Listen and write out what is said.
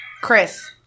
Chris